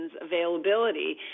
availability